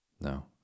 No